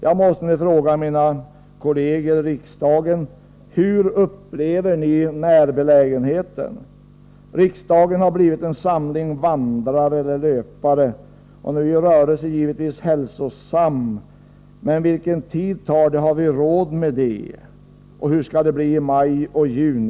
Jag måste nu fråga mina kolleger i riksdagen: Hur upplever ni närbelägenheten? Riksdagen har blivit en samling vandrare, eller löpare. Rörelse är givetvis hälsosam, men vilken tid tar det? Har vi råd med det? Och hur skall det bli i maj och juni?